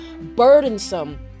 burdensome